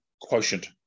quotient